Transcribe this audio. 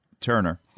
Turner